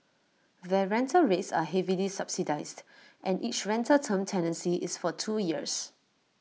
their rental rates are heavily subsidised and each rental term tenancy is for two years